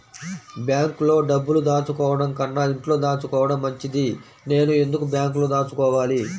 బ్యాంక్లో డబ్బులు దాచుకోవటంకన్నా ఇంట్లో దాచుకోవటం మంచిది నేను ఎందుకు బ్యాంక్లో దాచుకోవాలి?